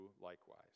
likewise